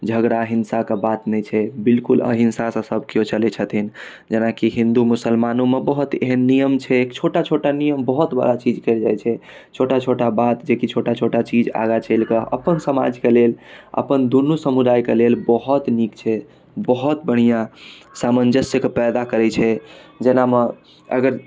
झगड़ा हिंसा के बात नै छै बिलकुल अहिंसा सँ सब केयो चले छथिन जेना कि हिन्दू मुसलमानो मऽ बहुत एहन नियम छै छोटा छोटा नियम बहुत बड़ा कयल जाइ छै छोटा छोटा बात जेकि छोटा छोटा चीज आगाँ चइल कऽ अपन समाज के लेल अपन दुनू समुदाय के लेल बहुत निक छै बहुत बढ़ियाँ सामंजस्य के पैदा करै छै जेना म अगर